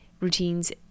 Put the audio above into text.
routines